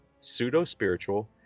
pseudo-spiritual